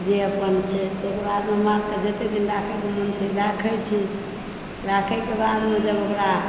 जे अपन छै तरक बाद हमरा जते दिन राखैके मोन छै राखै छी राखैके बादमे जब ओकरा